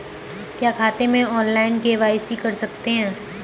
क्या खाते में ऑनलाइन के.वाई.सी कर सकते हैं?